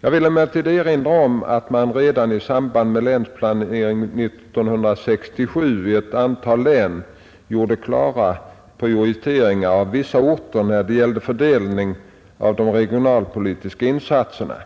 Jag vill emellertid erinra om att man redan i samband med Länsplanering 1967 i ett antal län gjorde klara prioriteringar av vissa orter när det gäller fördelningen av de regionalpolitiska insatserna.